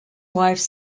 wife